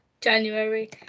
January